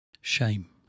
Shame